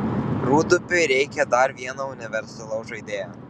rūdupiui reikia dar vieno universalaus žaidėjo